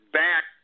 back